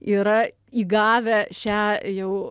yra įgavę šią jau